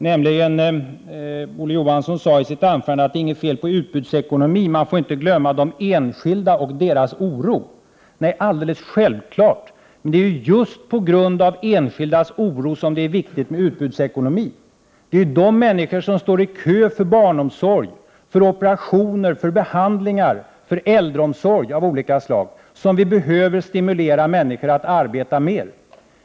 Olof Johansson sade i sitt anförande att det inte är något fel på utbudsekonomin. Man får inte glömma de enskilda och deras oro. Nej, det är alldeles självklart. Men det är just på grund av enskildas oro som det är viktigt med utbudsekonomi. Det är för de människor som står i kö för barnomsorg, för operationer, för behandlingar, för äldreomsorg av olika slag som vi behöver stimulera människor att arbeta mer.